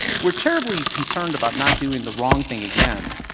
we're terribly concerned about not doing the wrong thing again,